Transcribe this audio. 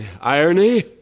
irony